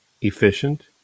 efficient